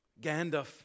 Gandalf